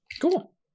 Cool